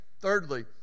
Thirdly